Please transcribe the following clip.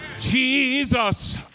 Jesus